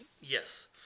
yes